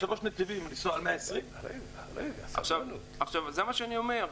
זה מה שאני אומר,